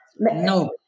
No